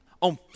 On